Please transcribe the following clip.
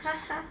哈哈